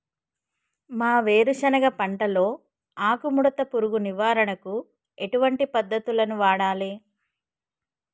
మా వేరుశెనగ పంటలో ఆకుముడత పురుగు నివారణకు ఎటువంటి పద్దతులను వాడాలే?